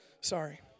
Sorry